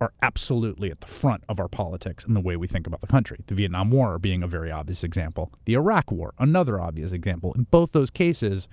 are absolutely at the front of our politics and the way we think about the country. the vietnam war being a very obvious example. the iraq war, another obvious example. in both those cases,